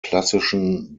klassischen